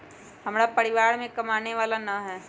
हमरा परिवार में कमाने वाला ना है?